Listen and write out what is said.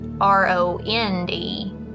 R-O-N-D